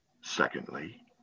Secondly